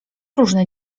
różne